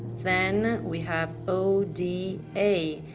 then we have o d a.